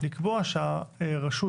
לקבוע שהרשות